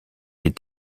est